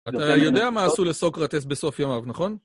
אתה יודע מה עשו לסוקרטס בסוף ימיו, נכון?